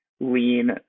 lean